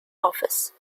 office